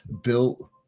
built